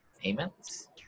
payments